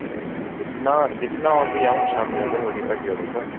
अच्छा अच्छा कोई निं कोई निं